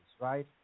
right